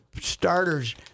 starters